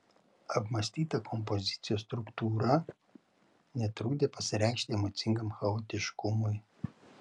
apmąstyta kompozicijos struktūra netrukdė pasireikšti emocingam chaotiškumui